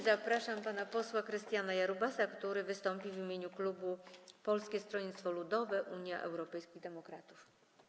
Zapraszam pana posła Krystiana Jarubasa, który wystąpi w imieniu klubu Polskiego Stronnictwa Ludowego - Unii Europejskich Demokratów.